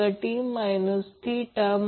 पण VAN Vp म्हणून ते √ 3 Vp असेल